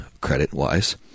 credit-wise